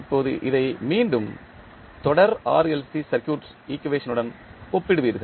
இப்போது இதை மீண்டும் தொடர் RLC சர்க்யூட் ஈக்குவேஷன் உடன் ஒப்பிடுவீர்கள்